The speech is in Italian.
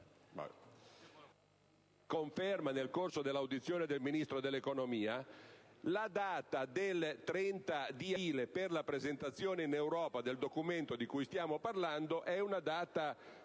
conferma nel corso dell'audizione del Ministro dell'economia - è che la data del 30 aprile per la presentazione in Europa del Documento di cui stiamo parlando non sarà